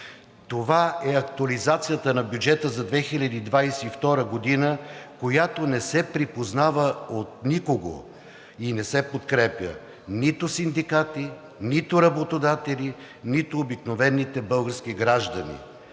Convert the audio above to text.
Това е актуализацията на бюджета за 2022 г., която не се припознава от никого и не се подкрепя – нито синдикати, нито работодатели, нито обикновените български граждани.